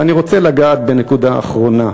ואני רוצה לגעת בנקודה אחרונה,